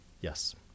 Yes